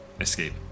escape